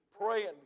praying